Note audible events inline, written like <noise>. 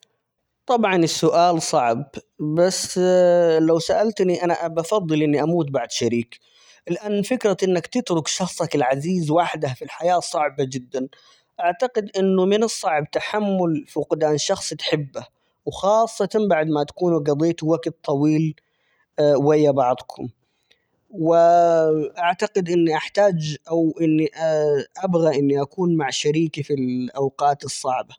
طبعاً السؤال صعب، بس <hesitation> لو سألتني ، أنا أبا ُأفضِّل أن أموت بعد شريكي؛ لأن فكرة إنك تترك شخصٍك العزيزٍ وحده في الحياة صعبةٌ جدًا، أعتقد أنه من الصعب تحمُّل فقدان شخصٍ تحبه، و خاصةً بعد ماتكونوا جضيتوا وقت طويل ويا بعضكم ،وأعتقد أنني أحتاج، أو إني أبغي أني أكون مع شريكي في الأوقات الصعبة.